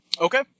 Okay